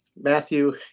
Matthew